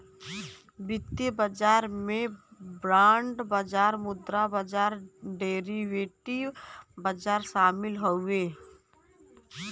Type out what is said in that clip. वित्तीय बाजार में बांड बाजार मुद्रा बाजार डेरीवेटिव बाजार शामिल हउवे